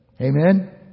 Amen